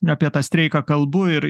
apie tą streiką kalbu ir